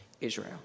Israel